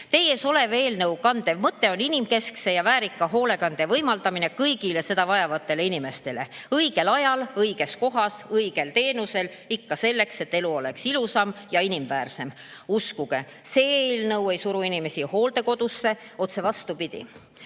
ees oleva eelnõu kandev mõte on inimkeskse ja väärika hoolekande võimaldamine kõigile seda vajavatele inimestele – õigel ajal õiges kohas õigel teenusel ikka selleks, et elu oleks ilusam ja inimväärsem. Uskuge, see eelnõu ei suru inimesi hooldekodusse, otse vastupidi.